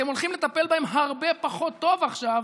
ואתם הולכים לטפל בהם הרבה פחות טוב עכשיו,